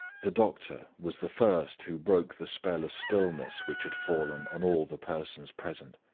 the doctor was the first who broke the spell of stillness which had fallen on all the persons present.